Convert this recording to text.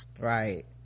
Right